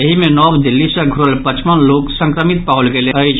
एहि मे नव दिल्ली सॅ घुरल पचपन लोक कसंक्रमित पाओल गेल अछि